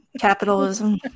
Capitalism